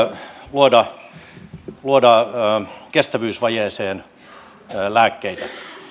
luoda luoda kestävyysvajeeseen lääkkeitä